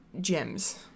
gems